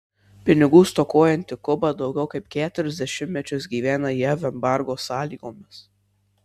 pinigų stokojanti kuba daugiau kaip keturis dešimtmečius gyvena jav embargo sąlygomis